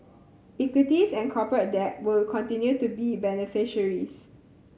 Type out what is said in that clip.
equities and corporate debt will continue to be beneficiaries